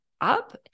up